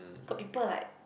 got people like